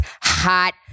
hot